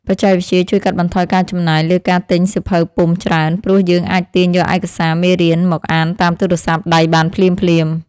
បច្ចេកវិទ្យាជួយកាត់បន្ថយការចំណាយលើការទិញសៀវភៅពុម្ពច្រើន ព្រោះយើងអាចទាញយកឯកសារមេរៀនមកអានតាមទូរស័ព្ទដៃបានភ្លាមៗ។